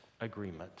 agreement